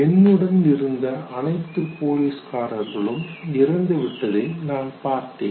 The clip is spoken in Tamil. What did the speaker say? என்னுடன் இருந்த அனைத்து போலீஸ்காரர்களும் இறந்து விட்டதை நான் பார்த்தேன்